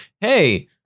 hey